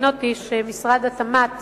הבינותי שמשרד התמ"ת